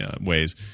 ways